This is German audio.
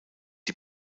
die